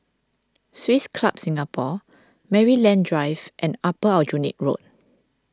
Swiss Club Singapore Maryland Drive and Upper Aljunied Road